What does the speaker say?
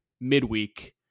midweek